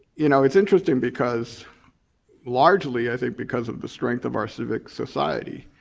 you know it's interesting because largely i think because of the strength of our civic society,